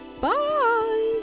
Bye